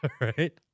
Right